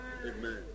Amen